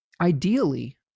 ideally